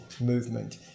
movement